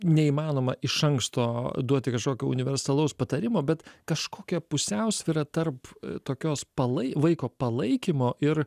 neįmanoma iš anksto duoti kažkokio universalaus patarimo bet kažkokia pusiausvyra tarp tokios palai vaiko palaikymo ir